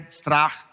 strach